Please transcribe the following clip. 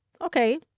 okay